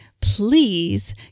Please